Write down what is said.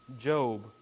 Job